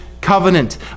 covenant